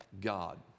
god